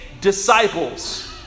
disciples